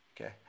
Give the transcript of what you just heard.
okay